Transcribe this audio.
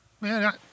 man